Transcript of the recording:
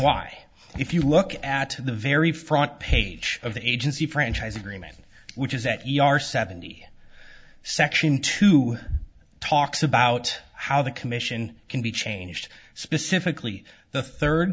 why if you look at the very front page of the agency franchise agreement which is that you are seventy section two talks about how the commission can be changed specifically the third